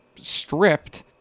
stripped